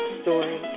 story